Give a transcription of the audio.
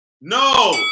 No